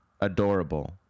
adorable